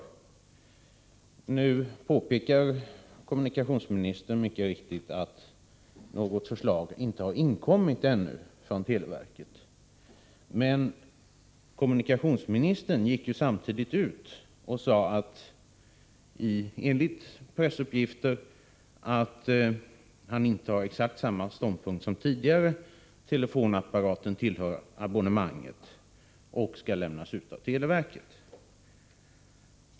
Nu påpekar kommunikationsministern mycket riktigt att något förslag inte har inkommit ännu från televerket, men kommunikationsministern gick ju samtidigt ut och sade, enligt pressuppgifter, att han intar exakt samma ståndpunkt som tidigare: telefonapparaten tillhör abonnemanget och skall lämnas ut av televerket.